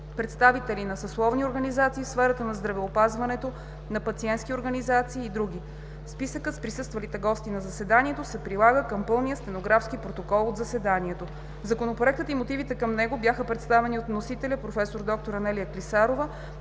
представители на съсловните организации в сферата на здравеопазването, на пациентските организации и други. Списъкът с присъствалите гости на заседанието се прилага към пълния стенографски протокол от заседанието. Законопроектът и мотивите към него бяха представени от вносителя професор д-р Анелия Клисарова.